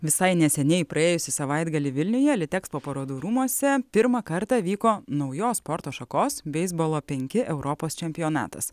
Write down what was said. visai neseniai praėjusį savaitgalį vilniuje litexpo parodų rūmuose pirmą kartą vyko naujos sporto šakos beisbolo penki europos čempionatas